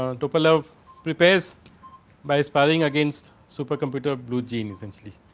um topalov prepares by sparring against super computer blue gene essentially.